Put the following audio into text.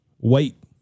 wait